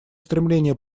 стремление